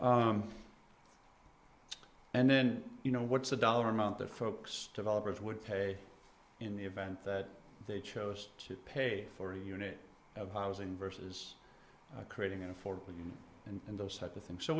serve and then you know what's a dollar amount that folks developers would pay in the event that they chose to pay for a unit of housing versus creating an affordable and those type of thing so